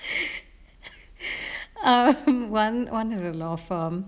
err one one of the law firm